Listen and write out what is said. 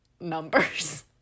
numbers